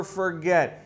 forget